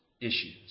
issues